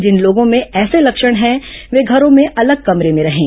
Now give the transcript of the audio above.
जिन लोगों में ऐसे लक्षण हैं वे घरों में अलग कमरे में रहें